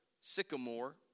sycamore